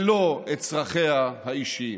ולא את צרכיה האישיים.